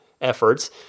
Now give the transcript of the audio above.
efforts